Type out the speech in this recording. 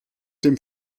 dem